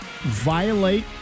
violate